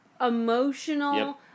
Emotional